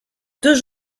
deux